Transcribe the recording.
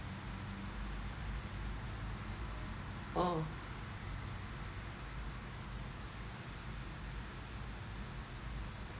oh